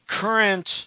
current